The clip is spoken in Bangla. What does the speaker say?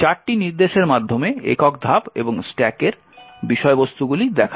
চারটি নির্দেশের মাধ্যমে একক ধাপ এবং স্ট্যাকের বিষয়বস্তুগুলি দেখা যাক